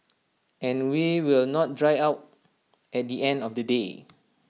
and we will not dry out at the end of the day